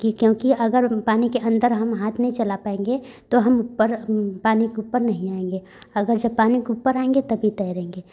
की क्योंकि अगर पानी के अंदर हम हाथ नहीं चला पाएंगे तो हम ऊपर पानी के ऊपर नहीं आएंगे अगर जब पानी के ऊपर आएंगे तभी तैरेंगे